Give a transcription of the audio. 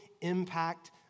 impact